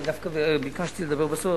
אני דווקא ביקשתי לדבר בסוף,